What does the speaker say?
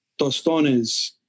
tostones